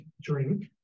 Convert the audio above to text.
drink